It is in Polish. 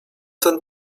ten